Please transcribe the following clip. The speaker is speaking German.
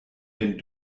den